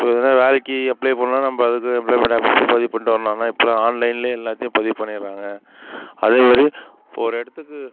இப்போ எதுனா வேலைக்கு அப்ளை பண்ணுன்னா நம்ம அதுக்கு எம்பிளாய்மெண்ட் ஆஃபிஸில் பதிவு பண்ணிட்டு வரணும் ஆனால் இப்போலாம் ஆன்லைன்லேயே எல்லாத்தையும் பதிவு பண்ணிடுறாங்க அதே மாதிரி இப்போது ஒரு இடத்துக்கு